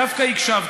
דווקא הקשבתי,